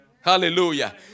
Hallelujah